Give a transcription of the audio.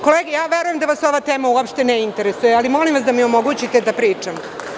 Kolege, verujem da vas ova tema uopšte ne interesuje, ali molim vas da mi omogućite da pričam.